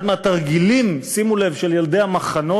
אחד מהתרגילים, שימו לב, של ילדי המחנות